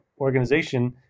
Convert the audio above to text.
organization